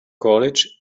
college